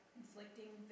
inflicting